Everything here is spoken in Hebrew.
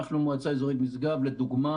אנחנו, המועצה האזורית משגב לדוגמה,